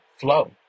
flow